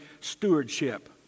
stewardship